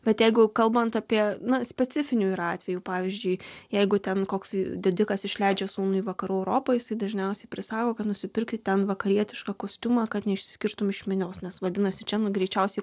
bet jeigu kalbant apie na specifinių ir atvejų pavyzdžiui jeigu ten koks didikas išleidžia sūnui vakarų europą jisai dažniausiai prisako nusipirkti ten vakarietišką kostiumą kad neišsiskirtumei iš minios nes vadinasi čia greičiausiai